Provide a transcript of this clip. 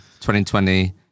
2020